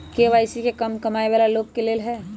KYC का कम कमाये वाला लोग के लेल है?